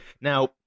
Now